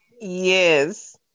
Yes